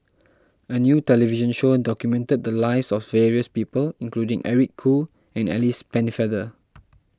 a new television show documented the lives of various people including Eric Khoo and Alice Pennefather